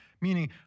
Meaning